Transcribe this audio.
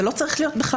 זה לא צריך להיות בחוק.